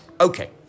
Okay